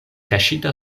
kaŝita